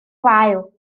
wael